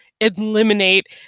eliminate